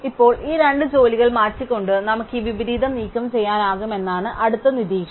ഇപ്പോൾ ഈ രണ്ട് ജോലികൾ മാറ്റിക്കൊണ്ട് നമുക്ക് ഈ വിപരീതം നീക്കം ചെയ്യാനാകുമെന്നാണ് അടുത്ത നിരീക്ഷണം